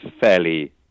fairly